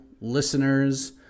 listeners